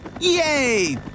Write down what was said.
Yay